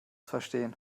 verstehen